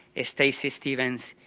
ah stacy stevens,